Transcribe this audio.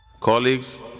Colleagues